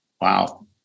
Wow